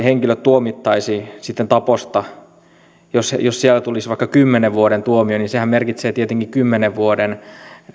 henkilö tuomittaisiin sitten taposta ja jos sieltä tulisi vaikka kymmenen vuoden tuomio niin sehän merkitsee tietenkin kymmenen vuoden